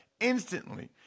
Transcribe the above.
instantly